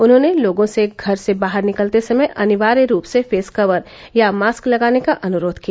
उन्होंने लोगों से घर से बाहर निकलते समय अनिवार्य रूप से फेस कवर या मास्क लगाने का अनुरोध किया